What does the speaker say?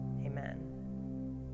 amen